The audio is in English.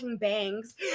bangs